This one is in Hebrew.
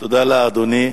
תודה לאדוני.